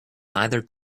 neither